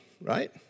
right